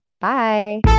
Bye